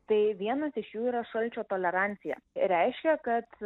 tai vienas iš jų yra šalčio tolerancija reiškia kad